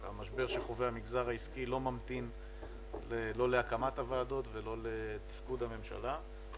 המשבר שחווה המגזר העסקי לא ממתין להקמת הוועדות ולא לתפקוד הממשלה.